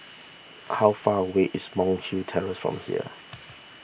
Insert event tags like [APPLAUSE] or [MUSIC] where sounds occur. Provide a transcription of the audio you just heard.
[NOISE] how far away is Monk's Hill Terrace from here [NOISE]